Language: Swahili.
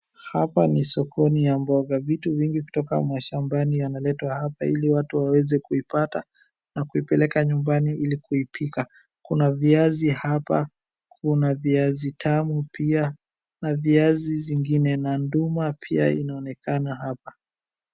Hapa ni sokoni ya mboga. Vitu vingi kutoka shambani yanaletwa hapa ili watu waweze kuipata, na kuipeleka ;nyumbani ili kuipika. Kuna viazi hapa, kuna viazi tamu pia, na viazi zingine, na nduma pia inaonekana hapa.